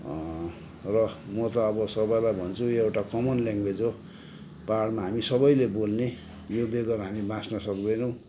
र म त अब सबैलाई भन्छु एउटा कमन ल्याङ्गवेज हो पाहाडमा हामीले सबैले बोल्ने यो बेगर हामी बाच्न सक्दैनौँ